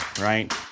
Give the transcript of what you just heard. Right